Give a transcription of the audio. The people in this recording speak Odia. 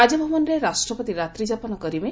ରାଜଭବନରେ ରାଷ୍ଟ୍ରପତି ରାତ୍ରୀଯାପନ କରିବେ